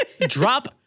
drop